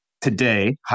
today